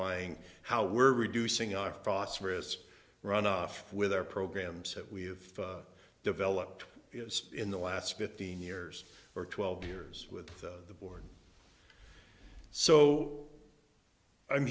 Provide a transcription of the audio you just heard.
firing how we're reducing our phosphorous runoff with our programs that we've developed in the last fifteen years or twelve years with the board so i'm